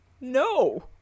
No